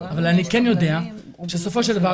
אבל אני כן יודע שבסופו של דבר,